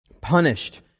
punished